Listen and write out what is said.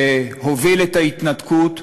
שהוביל את ההתנתקות.